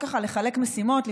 לחלק משימות,